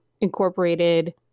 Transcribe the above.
incorporated